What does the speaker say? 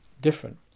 different